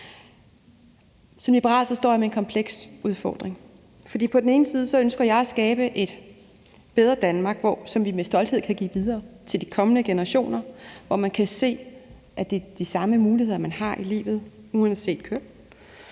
Som liberal står jeg med en kompleks udfordring, for på den ene side ønsker jeg at skabe et bedre Danmark, som vi med stolthed kan give videre til de kommende generationer, så man kan se, at det er de samme muligheder, man har i livet uanset køn,